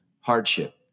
hardship